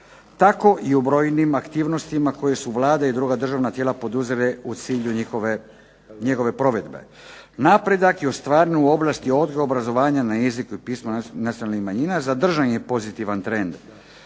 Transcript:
tako i u brojnim aktivnostima koje su Vlada i druga državna tijela poduzela u cilju njegove provedbe. Napredak je u stvarnoj ovlasti odgoja i obrazovanja na jeziku i pismu nacionalnih manjina, zadržan je pozitivan trend